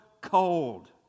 cold